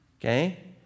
okay